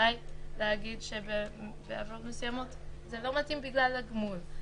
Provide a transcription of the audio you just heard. ואולי להגיד שבעבירות מסוימות זה לא מתאים בגלל הגמול,